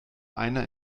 einer